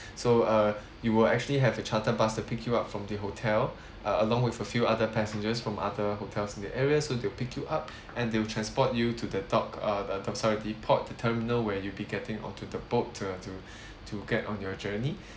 so uh you will actually have a chartered bus to pick you up from the hotel uh along with a few other passengers from other hotels in the area so they'll you pick you up and they'll transport you to the dock uh uh sorry the port the terminal where you'll be getting onto the boat uh to to get on your journey